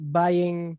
buying